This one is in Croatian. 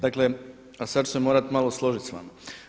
Dakle, a sada ću se morati malo složiti s vama.